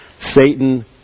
Satan